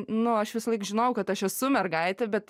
nu aš visąlaik žinojau kad aš esu mergaitė bet